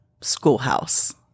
schoolhouse